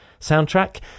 soundtrack